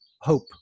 hope